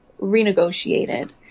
renegotiated